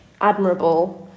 admirable